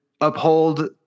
uphold